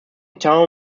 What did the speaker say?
town